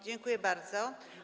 Dziękuję bardzo.